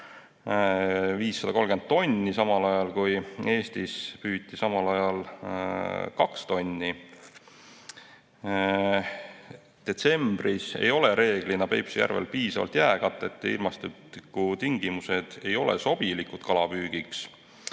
530 tonni, Eestis püüti samal ajal kaks tonni. Detsembris ei ole reeglina Peipsi järvel piisavalt jääkatet ja ilmastikutingimused ei ole sobilikud kalapüügiks.